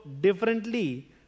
differently